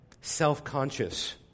self-conscious